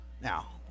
Now